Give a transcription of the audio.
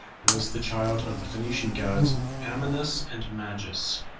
was the child of the phoenician gods amynus and magus.